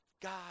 God